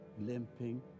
limping